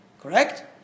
Correct